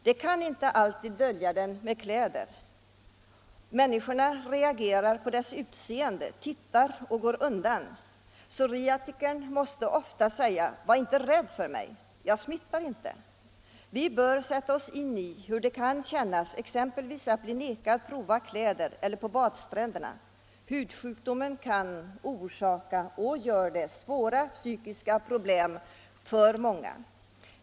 Den kan inte alltid döljas med kläder. Människorna reagerar på de drabbades utseende, tittar och går undan. Psoriatikern måste ofta säga: ”Var inte rädd för mig, jag smittar inte.” Vi bör sätta oss in i hur det kan kännas exempelvis att bli nekad prova kläder eller hur det kan vara på badstränderna. Hudsjukdomen kan orsaka — och gör det — svåra psykiska problem för många.